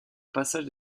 passage